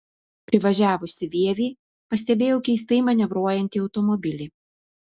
privažiavusi vievį pastebėjau keistai manevruojantį automobilį